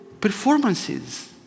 performances